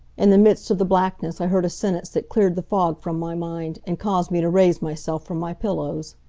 in the midst of the blackness i heard a sentence that cleared the fog from my mind, and caused me to raise myself from my pillows.